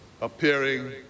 appearing